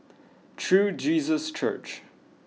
True Jesus Church